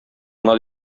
гына